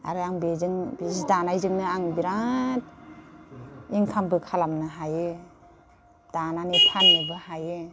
आरो आं बेजों जि दानायजोंनो आं बिराद इंखामबो खालामनो हायो दानानै फाननोबो हायो